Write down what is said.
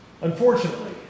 Unfortunately